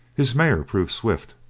his mare proved swift,